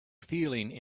feeling